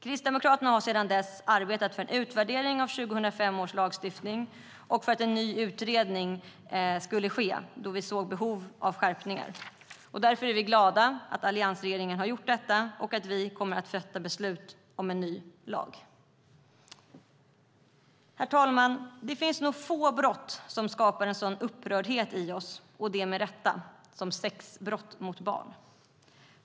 Kristdemokraterna har sedan dess arbetat för en utvärdering av 2005 års lagstiftning och för att en ny utredning skulle ske, då vi såg behov av skärpningar. Därför är vi glada att alliansregeringen har gjort detta och att vi kommer att fatta beslut om en ny lag. Herr talman! Det finns nog få brott som skapar en sådan upprördhet i oss - och det med rätta - som sexbrott mot barn.